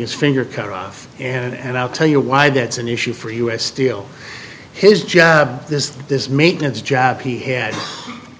his finger cut off and i'll tell you why that's an issue for us still his job this maintenance job he had